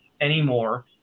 anymore